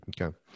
Okay